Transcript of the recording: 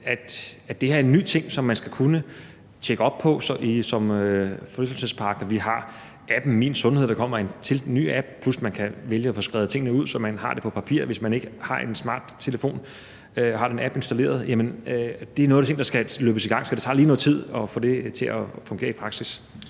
ting, man som forlystelsespark skal kunne tjekke op på. Vi har appen MinSundhed, og der kommer en ny app, plus at man kan vælge at få skrevet tingene ud, så man har det på papir, hvis man ikke har en smart telefon og har den app installeret. Det er nogle ting, der skal løbes i gang, så det tager lige noget tid at få det til at fungere i praksis.